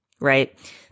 right